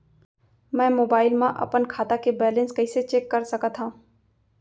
मैं मोबाइल मा अपन खाता के बैलेन्स कइसे चेक कर सकत हव?